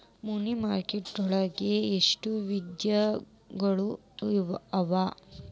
ಮನಿ market ನ್ಯಾಗ್ ಎಷ್ಟವಿಧಗಳು ಅವ?